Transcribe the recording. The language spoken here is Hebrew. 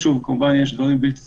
כמובן, יש דברים בלתי צפויים,